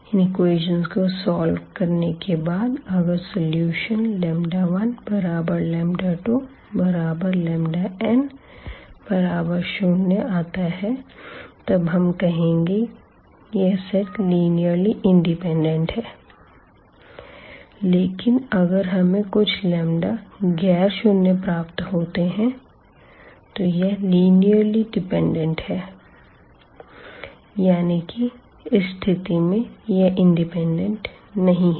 इन equations को solve करने के बाद अगर सलूशन 12n0 आता है तब हम कहेंगे यह सेट लिनीअर्ली इंडिपेंडेंट है लेकिन अगर हमें कुछ लंबदा गैर शून्य प्राप्त होते हैं तो यह लिनीअर्ली डिपेंडेंट है यानी कि इस स्थिति में यह इंडिपेंडेंट नहीं है